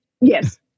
yes